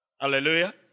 Hallelujah